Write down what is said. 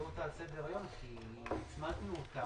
תעלו אותה על סדר-היום, כי הצמדנו אותה.